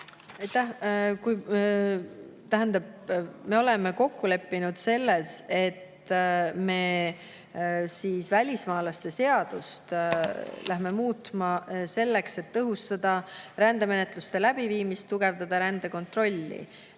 me oleme kokku leppinud selles, et me välismaalaste seadust muudame selleks, et tõhustada rändemenetluse läbiviimist, tugevdada rändekontrolli